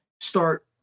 start